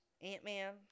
Ant-Man